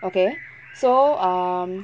okay so um